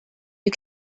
you